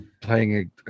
playing